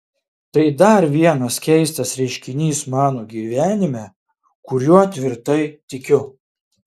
tai dar vienas keistas reiškinys mano gyvenime kuriuo tvirtai tikiu